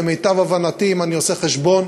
למיטב הבנתי, אם אני עושה חשבון,